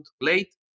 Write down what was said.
late